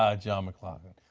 ah john mcglaughlin.